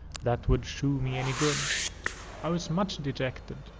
that would shew me any good i was much dejected,